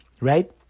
right